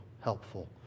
helpful